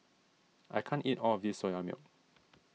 I can't eat all of this Soya Milk